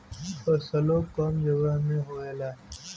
फसलो कम जगह मे होएला